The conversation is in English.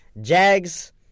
Jags